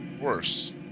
worse